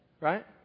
Right